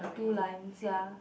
two lines ya